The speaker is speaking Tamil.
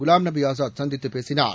குலாம் நபி ஆசாத் சந்தித்துப் பேசினார்